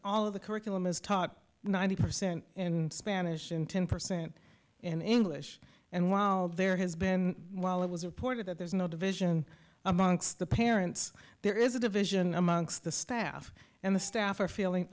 all of the curriculum is taught ninety percent in spanish and ten percent in english and while there has been while it was reported that there's no division amongst the parents there is a division amongst the staff and the staff are feeling